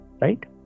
right